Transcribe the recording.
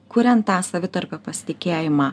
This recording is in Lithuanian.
kuriant tą savitarpio pasitikėjimą